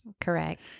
Correct